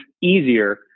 easier